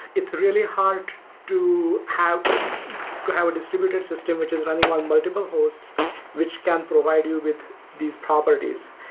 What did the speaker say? it's really hard to have but to have a distributed system which is running on multiple hosts which can provide you with these properties.